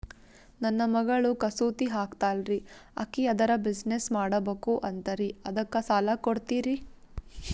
ನನ್ನ ಮಗಳು ಕಸೂತಿ ಹಾಕ್ತಾಲ್ರಿ, ಅಕಿ ಅದರ ಬಿಸಿನೆಸ್ ಮಾಡಬಕು ಅಂತರಿ ಅದಕ್ಕ ಸಾಲ ಕೊಡ್ತೀರ್ರಿ?